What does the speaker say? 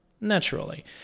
naturally